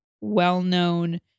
well-known